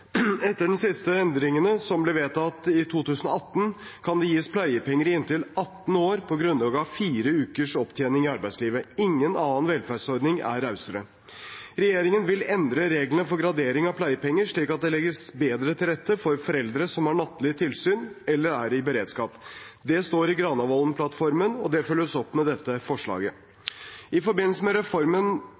Etter de siste endringene, som ble vedtatt i 2018, kan det gis pleiepenger i inntil 18 år på grunnlag av fire ukers opptjening i arbeidslivet. Ingen annen velferdsordning er rausere. Regjeringen vil endre reglene for gradering av pleiepenger, slik at det legges bedre til rette for foreldre som har nattlig tilsyn, eller er i beredskap. Det står i Granavolden-plattformen, og det følges opp med dette forslaget. I forbindelse med reformen